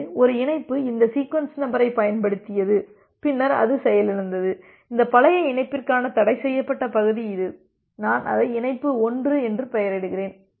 எனவே ஒரு இணைப்பு இந்த சீக்வென்ஸ் நம்பரைப் பயன்படுத்தியது பின்னர் அது செயலிழந்தது இந்த பழைய இணைப்பிற்கான தடைசெய்யப்பட்ட பகுதி இது நான் அதை இணைப்பு 1 என்று பெயரிடுகிறேன்